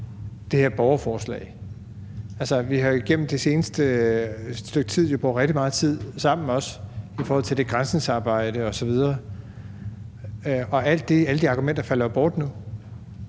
det her borgerforslag. Vi har igennem det seneste stykke tid brugt rigtig meget tid sammen også på det granskningsarbejde osv., og alle de argumenter falder jo bort nu,